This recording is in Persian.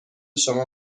شما